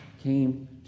came